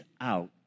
out